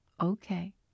Okay